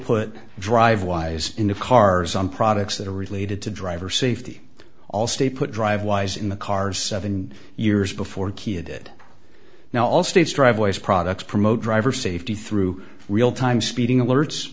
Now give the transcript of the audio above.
put dr wise in the cars on products that are related to driver safety all stay put drive wise in the car seven years before a kid now all states driveways products promote driver safety through real time speeding alerts